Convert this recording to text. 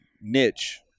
niche